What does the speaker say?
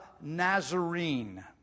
Nazarene